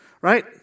Right